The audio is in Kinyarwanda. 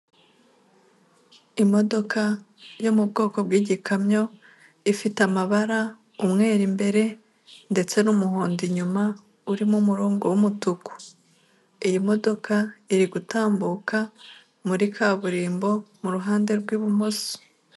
Imodoka yo mu bwoko bw'igikamyo ifite amabara umwere imbere ndetse n'umuhondo inyuma urimo umurongo w'umutuku iyi modoka iri gutambuka muri kaburimbo mu ruhande rw'ibumoso.